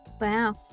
Wow